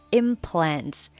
implants